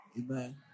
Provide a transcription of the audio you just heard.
Amen